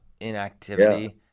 inactivity